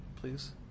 please